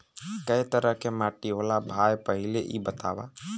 कै तरह के माटी होला भाय पहिले इ बतावा?